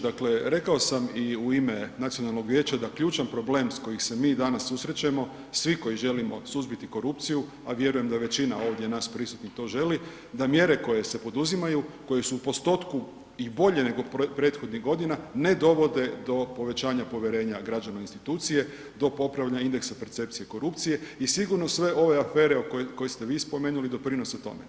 Dakle rekao sam i u ime Nacionalnog vijeća da ključan problem s kojim se mi danas susrećemo svi koji želimo suzbiti korupciju, a vjerujem da većina ovdje nas prisutnih to želi, da mjere koje se poduzimaju koje su u postotku i bolje nego prethodnih godina ne dovode do povećanja povjerenja građana u institucije, do … indeksa percepcije korupcije i sigurno sve ove afere koje ste vi spomenuli doprinose tome.